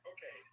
Okay